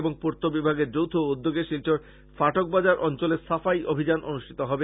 এবং পূর্ত বিভাগের যৌথ উদ্যোগে শিলচর ফাটক বাজার অঞ্চলে সাফাই অভিযান অনুষ্ঠিত হবে